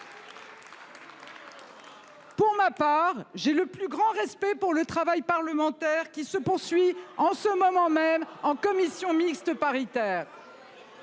Pour ma part j'ai le plus grand respect pour le travail parlementaire qui se poursuit en ce moment même en commission mixte paritaire.